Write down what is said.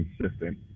consistent